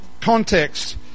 context